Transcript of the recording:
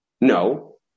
No